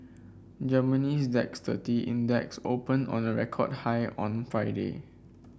Germany's DAX thirty Index opened on a record high on Friday